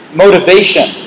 motivation